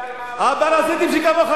פרזיטים שכמוך,